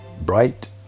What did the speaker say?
bright